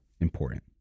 important